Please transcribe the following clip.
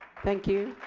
thank you.